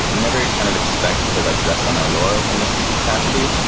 we never kind of expect to like rest on our laurels in this capacity,